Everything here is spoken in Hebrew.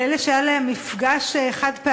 לאלה שהיה להם מפגש חד-פעמי,